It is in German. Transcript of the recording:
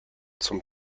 zum